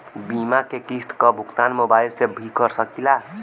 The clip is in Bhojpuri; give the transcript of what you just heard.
बीमा के किस्त क भुगतान मोबाइल से भी कर सकी ला?